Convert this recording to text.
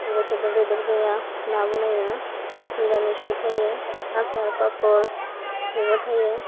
सोरबा सोरबा बेदर जाया ना बनायो मिरामिसफोर थायो आसार पापर बेबो थायो